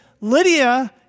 Lydia